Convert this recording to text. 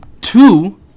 two